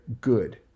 good